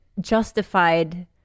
justified